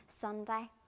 Sunday